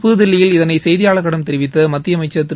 புத்தில்லியில் இதனை செய்தியாளர்களிடம் தெரிவித்த மத்திய அமைச்சர் திரு